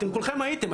אתם כולכם הייתם,